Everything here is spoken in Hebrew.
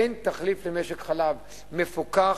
אין תחליף למשק חלב מפוקח,